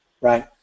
right